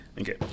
Okay